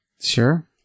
Sure